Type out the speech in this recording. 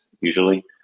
usually